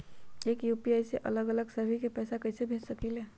एक यू.पी.आई से अलग अलग सभी के पैसा कईसे भेज सकीले?